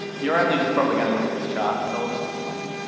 you're only just probably gonna look at this chart and so i'll just explain it.